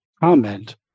comment